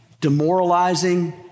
Demoralizing